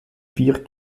vier